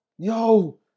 Yo